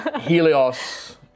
Helios